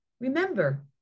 Remember